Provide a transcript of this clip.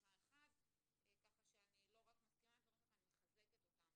לא רק מסכימה לדברים שלך אלא אני מחזקת אותם